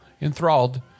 enthralled